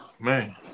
man